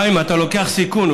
חיים, אתה לוקח סיכון.